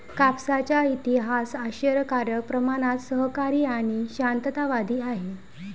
कापसाचा इतिहास आश्चर्यकारक प्रमाणात सहकारी आणि शांततावादी आहे